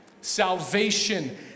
Salvation